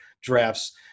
drafts